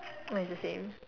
it's the same